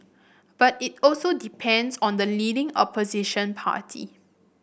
but it also depends on the leading opposition party